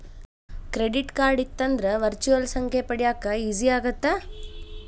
Credit card ಇತ್ತಂದ್ರ virtual ಸಂಖ್ಯೆ ಪಡ್ಯಾಕ ಈಜಿ ಆಗತ್ತ?